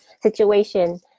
situation